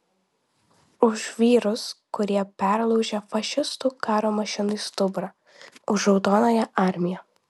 už vyrus kurie perlaužė fašistų karo mašinai stuburą už raudonąją armiją